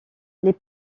les